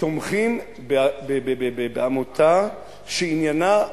תומכים בעמותה שעניינה,